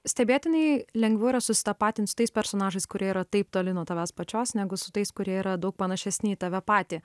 stebėtinai lengviau yra susitapatinti su tais personažais kurie yra taip toli nuo tavęs pačios negu su tais kurie yra daug panašesni į tave patį